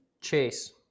Chase